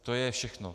To je všechno.